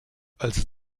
als